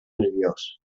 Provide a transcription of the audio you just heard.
nerviós